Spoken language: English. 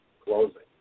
closing